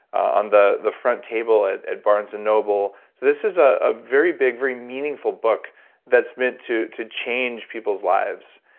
on the the front table at at barnes and noble, so this is a ah very big, very meaningful book that's meant to to change people's lives.